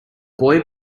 boy